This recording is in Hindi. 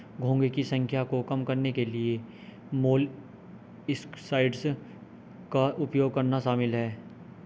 घोंघे की संख्या को कम करने के लिए मोलस्कसाइड्स का उपयोग करना शामिल है